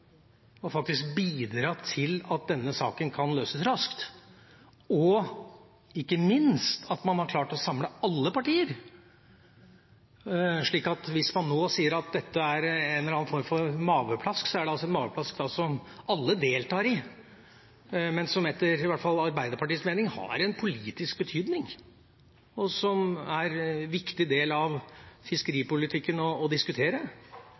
ikke minst at man har klart å samle alle partier. Hvis man nå sier at dette er en eller annen form for mageplask, er det altså et mageplask som alle deltar i, men som etter i hvert fall Arbeiderpartiets mening har en politisk betydning, og er en viktig del av fiskeripolitikken å diskutere.